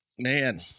Man